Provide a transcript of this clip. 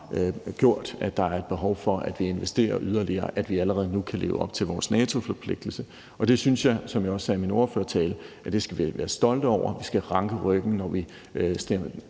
gjort, at der er et behov for, at vi investerer yderligere, og at vi allerede nu kan leve op til vores NATO-forpligtelse, og det synes jeg, som jeg også sagde i min ordførertale, at vi skal være stolte over. Man skal i de partier, der måtte stemme